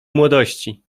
młodości